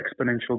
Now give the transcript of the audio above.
exponential